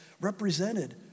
represented